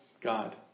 God